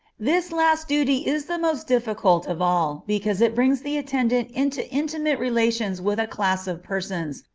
this last duty is the most difficult of all, because it brings the attendant into intimate relations with a class of persons,